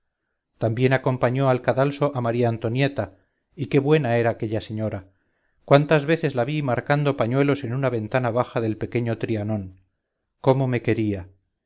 también acompañó al cadalso a maría antonieta y qué buena era aquella señora cuántas veces la vi marcando pañuelos en una ventana baja del pequeño trianon cómo me quería